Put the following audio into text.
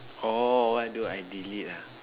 orh what do I delete ah